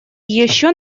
еще